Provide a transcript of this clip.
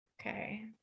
Okay